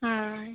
ᱦᱮᱸ